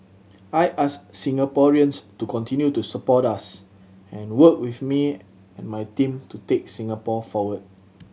I ask Singaporeans to continue to support us and work with me and my team to take Singapore forward